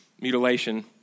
mutilation